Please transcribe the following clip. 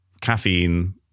caffeine